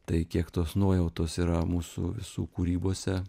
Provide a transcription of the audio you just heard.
tai kiek tos nuojautos yra mūsų visų kūrybose